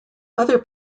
other